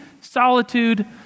solitude